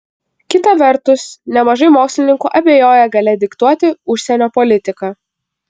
kita vertus nemažai mokslininkų abejoja galia diktuoti užsienio politiką